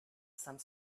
some